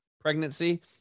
pregnancy